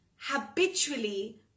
habitually